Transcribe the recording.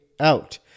out